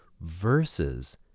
versus